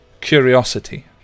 curiosity